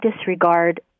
disregard